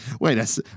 Wait